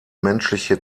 menschliche